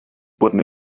wurden